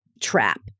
trap